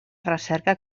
recerca